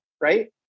right